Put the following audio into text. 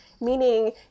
Meaning